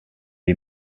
est